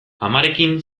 amarekin